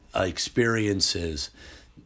experiences